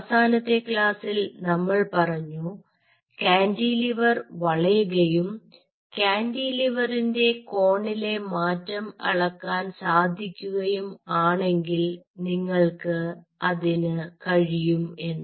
അവസാനത്തെ ക്ലാസ്സിൽ നമ്മൾ പറഞ്ഞു കാന്റിലിവർ വളയുകയും കാന്റിലിവറിന്റെ കോണിലെ മാറ്റം അളക്കാൻ സാധിക്കുകയും ആണെങ്കിൽ നിങ്ങൾക്ക് അതിന് കഴിയും എന്ന്